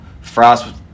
Frost